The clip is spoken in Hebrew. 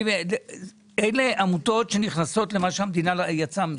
אלה עמותות שנכנסות למה שהמדינה יצאה ממנו.